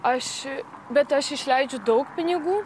aš bet aš išleidžiu daug pinigų